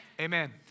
Amen